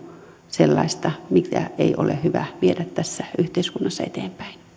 sellaista mitä ei ole hyvä viedä tässä yhteiskunnassa eteenpäin